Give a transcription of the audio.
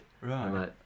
Right